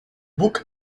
book